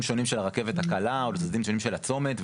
שונים של הרכבת הקלה או לצדדים שונים של הצומת,